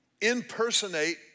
impersonate